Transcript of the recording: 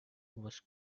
was